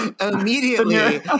immediately